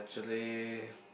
actually